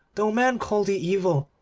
though men call thee evil,